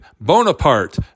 Bonaparte